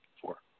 Four